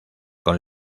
con